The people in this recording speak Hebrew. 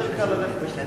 יותר קל ללכת,